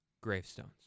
Gravestones